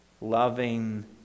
loving